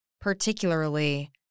particularly